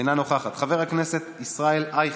אינה נוכחת, חבר הכנסת ישראל אייכלר,